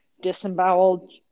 disemboweled